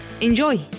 Enjoy